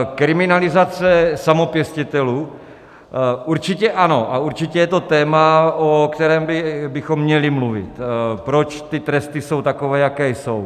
Kriminalizace samopěstitelů: určitě ano a určitě je to téma, o kterém bychom měli mluvit, proč ty tresty jsou takové, jaké jsou.